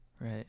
right